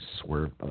Swerve